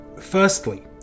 Firstly